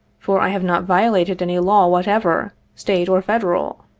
for i have not violated any law whatever, state or federal.